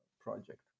project